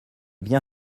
bien